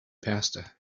pasta